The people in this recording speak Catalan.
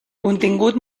contingut